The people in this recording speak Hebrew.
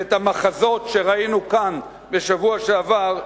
והמחזות שראינו כאן בשבוע שעבר,